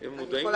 הם מודעים לזה?